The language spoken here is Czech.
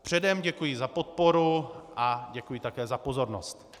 Předem děkuji za podporu a děkuji také za pozornost.